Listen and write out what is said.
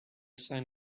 sign